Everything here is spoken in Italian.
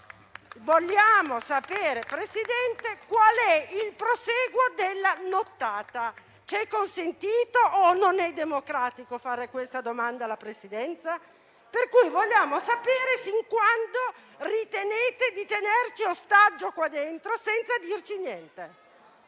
Vogliamo sapere, Presidente, qual è il prosieguo della nottata. Ci è consentito o non è democratico fare questa domanda alla Presidenza? Vogliamo sapere fin quando ritenete di tenerci in ostaggio qua dentro senza dirci niente,